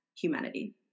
humanity